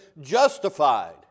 justified